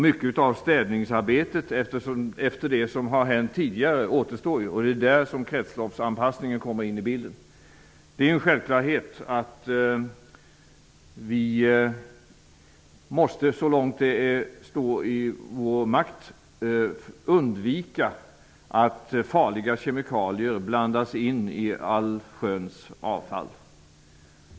Mycket av städningsarbetet efter det som har hänt tidigare återstår. Det är där som kretsloppsanpassningen kommer in i bilden. Det är en självklarhet att vi, så långt det står i vår makt, måste undvika att farliga kemikalier blandas in i allsköns avfall.